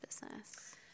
business